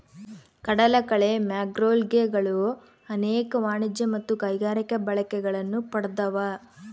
ಕಡಲಕಳೆ ಮ್ಯಾಕ್ರೋಲ್ಗೆಗಳು ಅನೇಕ ವಾಣಿಜ್ಯ ಮತ್ತು ಕೈಗಾರಿಕಾ ಬಳಕೆಗಳನ್ನು ಪಡ್ದವ